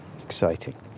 Exciting